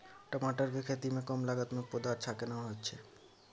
टमाटर के खेती में कम लागत में पौधा अच्छा केना होयत छै?